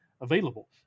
available